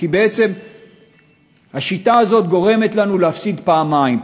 כי בעצם השיטה הזאת גורמת לנו להפסיד פעמיים.